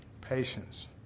patience